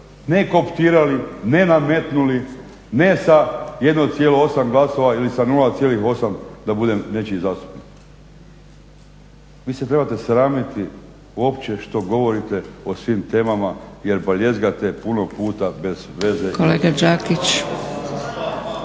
Ne kooptirali ne nametnuli ne sa 1,8 glasova ili sa 0,8 da budem nečiji zastupnik. Vi se trebate sramiti uopće što govorite o svim temama jer baljezgate puno puta bez veze